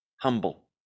humble